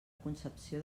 concepció